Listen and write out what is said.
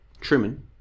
Truman